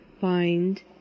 find